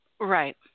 Right